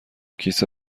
کیسه